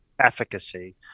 efficacy